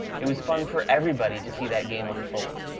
it was fun for everybody to see that game unfold.